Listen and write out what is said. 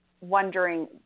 wondering